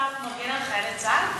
אתה מגן על חיילי צה"ל?